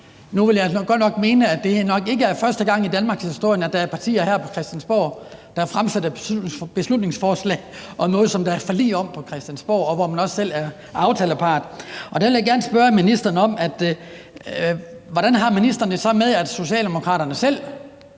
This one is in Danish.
Nu vil jeg godt nok mene, at det nok ikke er første gang i danmarkshistorien, at der er partier her på Christiansborg, der fremsætter beslutningsforslag om noget, som der er forlig om på Christiansborg, og hvor man også selv er aftalepart. Og der vil jeg gerne spørge ministeren om, hvordan ministeren så har det med, at Socialdemokraterne i